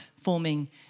forming